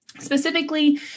Specifically